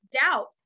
doubt